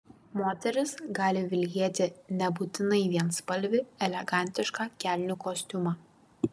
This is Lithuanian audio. moteris gali vilkėti nebūtinai vienspalvį elegantišką kelnių kostiumą